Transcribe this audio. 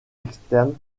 externes